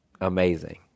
amazing